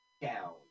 down